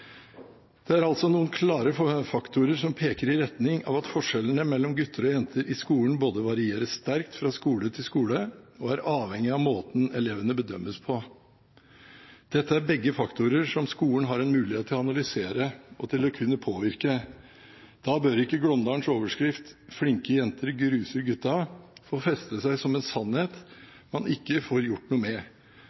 Det er altså noen klare faktorer som peker i retning av at forskjellene mellom guter og jenter i skolen både varierer sterkt fra skole til skole og er avhengig av måten elevene bedømmes på. Dette er begge faktorer som skolen har en mulighet til å analysere og til å kunne påvirke. Da bør ikke Glåmdalens overskrift – «Flinke jenter gruser gutta» – få feste seg som en sannhet man ikke får gjort noe med.